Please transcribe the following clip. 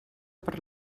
per